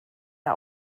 der